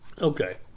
Okay